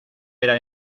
era